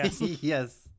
Yes